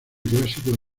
clásico